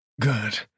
Good